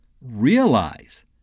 realize